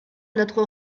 notre